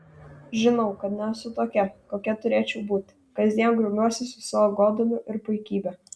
žinau kad nesu tokia kokia turėčiau būti kasdien grumiuosi su savo goduliu ir puikybe